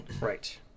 Right